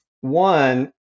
one